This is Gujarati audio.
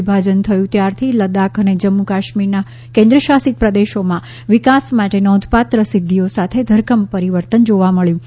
વિભાજન થયું ત્યારથી લદ્દાખ અને જમ્મુ કાશ્મીરના કેન્દ્ર શાસિત પ્રદેશોમાં વિકાસ માટે નોંધપાત્ર સિદ્ધિઓ સાથે ધરખમ પરિવર્તન જોવા મબ્યું છે